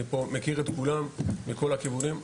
אני פה מכיר את כולם, מכל הכיוונים.